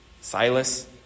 Silas